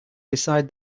beside